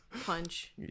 punch